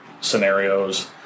scenarios